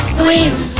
please